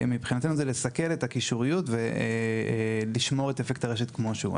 מבחינתנו זה לסכל את הקישוריות ולשמור את "אפקט הרשת" כמו שהוא.